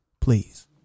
Please